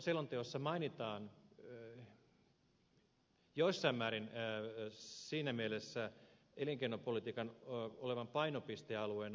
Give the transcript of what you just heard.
selonteossa mainitaan jossain määrin siinä mielessä elinkeinopolitiikan olevan painopistealueena